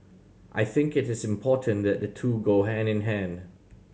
I think it is important that the two go hand in hand